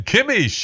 Kimmy